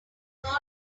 got